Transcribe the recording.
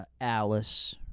Alice